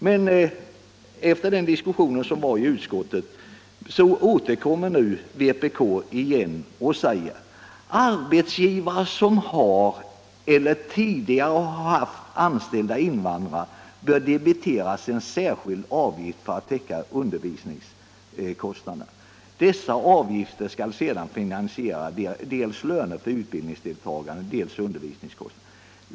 Men efter diskussionen i utskottet återkommer nu vpk och säger i reservationen 4: ”Arbetsgivaren som har eller tidigare har haft anställda invandrare bör debiteras en särskild avgift för att täcka undervisningskostnader. Dessa avgifter skall sedan finansiera dels löner för utbildningsdeltagare, dels undervisningskostnader.